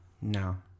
No